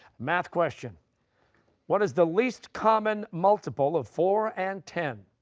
math question what is the least common multiple of four and ten?